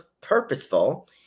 purposeful